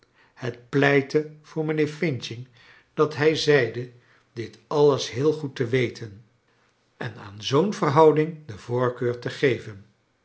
het pleitte voor mijnheer e dat hij zeide dit alles heel goed te weten en aan zoo'n verhouding de voorkeur te geven